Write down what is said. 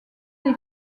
des